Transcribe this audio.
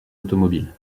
automobiles